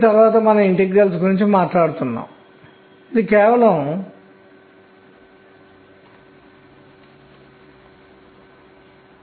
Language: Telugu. కాబట్టి మనము నేర్చుకున్న దానితో ఇది కూడా విరుద్ధంగా ఉంది